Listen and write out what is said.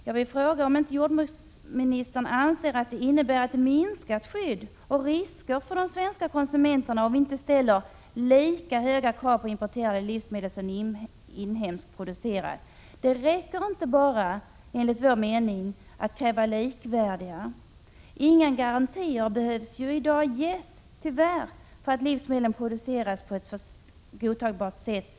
Jag vill fråga om inte jordbruksministern anser att det innebär en minskning av skyddet och risk för de svenska konsumenterna, om vi inte ställer lika höga krav på importerade livsmedel som på inhemskt producerade. Enligt vår mening räcker det inte att bara kräva att livsmedlen skall vara likvärdiga. Tyvärr behöver det i dag inte ges några garantier för att livsmedlen produceras på ett för Sverige godtagbart sätt.